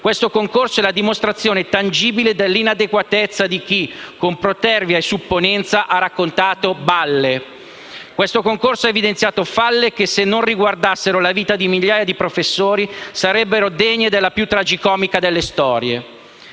questo concorso è la dimostrazione tangibile dell'inadeguatezza di chi, con protervia e supponenza, ha raccontato balle. Questo concorso ha evidenziato falle che, se non riguardassero la vita di migliaia di professori, sarebbero degne delle più tragicomica delle storie.